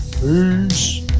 Peace